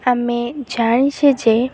ଆମେ ଜାଣିଛେ ଯେ